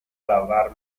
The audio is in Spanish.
lavar